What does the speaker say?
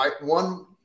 One